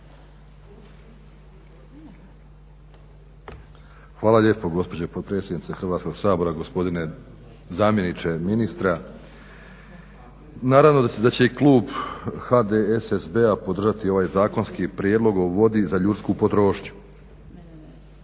Hvala lijepo gospođo potpredsjednice Hrvatskog sabora. Gospodine zamjeniče ministra, naravno da će klub HDSSB-a podržati ovaj zakonski prijedlog o vodi za ljudsku potrošnju.